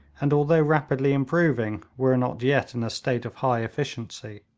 and although rapidly improving, were not yet in a state of high efficiency.